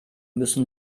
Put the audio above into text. müssen